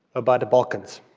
about the balkans,